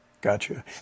Gotcha